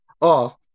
off